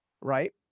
right